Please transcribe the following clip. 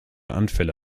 anfälle